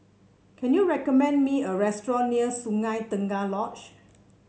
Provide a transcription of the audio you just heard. can you recommend me a restaurant near Sungei Tengah Lodge